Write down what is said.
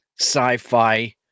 sci-fi